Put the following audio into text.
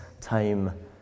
time